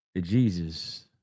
Jesus